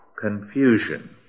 confusion